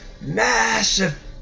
massive